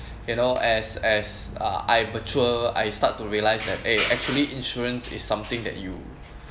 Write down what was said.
you know as as uh I mature I start to realise that eh actually insurance is something that you